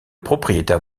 propriétaire